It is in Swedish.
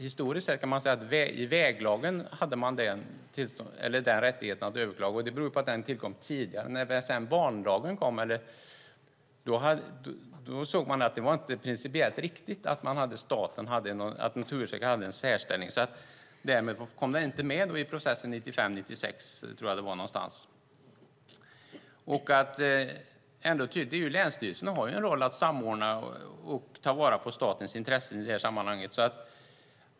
Historiskt sett kan vi säga att i väglagen hade man rättighet att överklaga. Det beror på att den tillkom tidigare. När sedan banlagen kom ansåg man att det inte var principiellt riktigt att Naturvårdsverket hade en särställning. Därför kom detta inte med i processen - jag tror att det var 1995-1996. Länsstyrelsen har ju rollen att samordna och ta vara på statens intressen i det här sammanhanget.